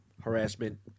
harassment